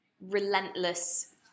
relentless